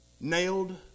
nailed